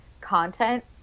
content